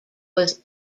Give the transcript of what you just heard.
was